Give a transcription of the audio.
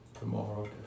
tomorrow